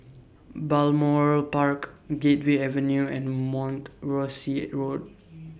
Balmoral Park Gateway Avenue and Mount Rosie Road